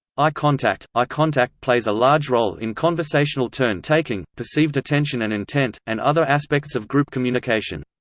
eye contact eye contact plays a large role in conversational turn-taking, perceived attention and intent, and other aspects of group communication.